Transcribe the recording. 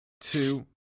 two